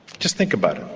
just think about it.